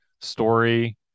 story